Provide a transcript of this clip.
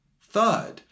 Third